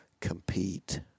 compete